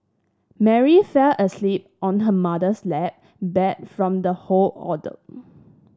Mary fell asleep on her mother's lap bat from the whole ordeal